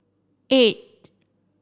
eight